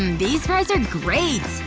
um these fries are great.